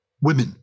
women